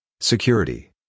Security